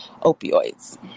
opioids